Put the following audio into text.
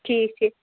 ٹھیٖک ٹھیٖک